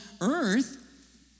earth